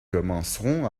commencerons